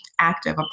active